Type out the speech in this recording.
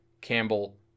Campbell